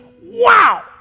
Wow